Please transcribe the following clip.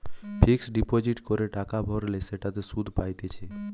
fixed deposit করে টাকা ভরলে সেটাতে সুধ পাইতেছে